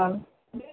हा